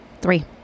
Three